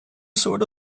sort